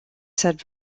said